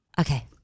Okay